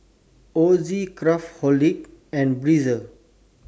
Ozi Craftholic and Breezer